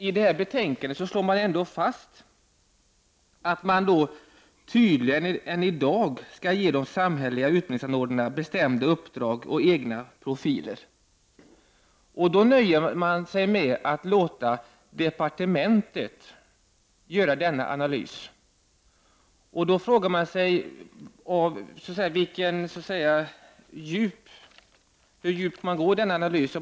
I detta betänkande slås ändå fast att man tydligare än som i dag är fallet skall ge samhälleliga utbildningsanordnare bestämda uppdrag. Dessa skall få en egen profil. Men man nöjer sig med att låta departementet göra en analys. Hur djupt tränger man då in i dessa frågor när man gör analysen?